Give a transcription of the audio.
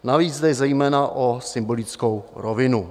Navíc jde zejména o symbolickou rovinu.